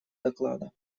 доклада